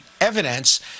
evidence